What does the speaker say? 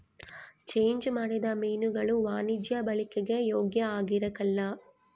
change ಮಾಡಿದ ಮೀನುಗುಳು ವಾಣಿಜ್ಯ ಬಳಿಕೆಗೆ ಯೋಗ್ಯ ಆಗಿರಕಲ್ಲ